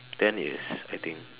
ten years I think